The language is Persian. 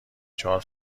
چهار